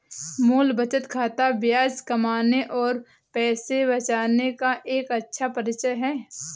मूल बचत खाता ब्याज कमाने और पैसे बचाने का एक अच्छा परिचय है